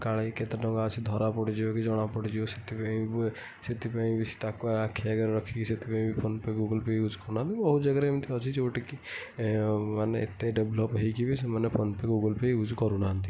କାଳେ କେତେ ଟଙ୍କା ଆସି ଧରା ପଡ଼ିଯିବ କି ଜଣା ପଡ଼ିଯିବ ସେଥିପାଇଁ ସେଥିପାଇଁ ବି ତାକୁ ଆଖି ଆଗରେ ରଖି ସେଥିପାଇଁ ବି PhonePe Google Pay use କରୁନାହାଁନ୍ତି ବହୁତ ଜାଗାରେ ଏମିତି ଅଛି ଯେଉଁଠିକି ମାନେ ଏତେ ଡେଭଲପ୍ ହେଇକି ବି ସେମାନେ PhonePe Google Pay use କରୁନାହାଁନ୍ତି